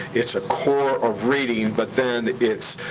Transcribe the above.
it's a core of reading, but then it's,